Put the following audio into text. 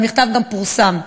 המכתב גם פורסם.